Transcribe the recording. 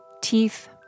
teeth